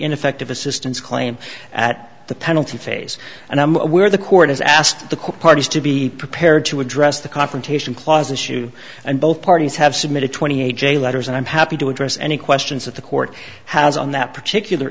ineffective assistance claim at the penalty phase and i'm aware the court has asked the court to be prepared to address the confrontation clause issue and both parties have submitted twenty eight j letters and i'm happy to address any questions that the court has on that particular